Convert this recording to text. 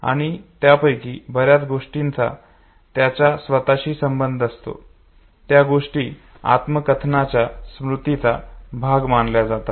आणि त्यापैकी बर्याच गोष्टींचा त्याच्या स्वतशी संबंध असतो त्या गोष्टी आत्मकथनाच्या स्मृतीचा भाग मानल्या जातात